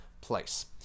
place